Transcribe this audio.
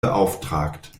beauftragt